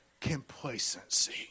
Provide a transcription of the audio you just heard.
complacency